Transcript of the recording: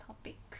topic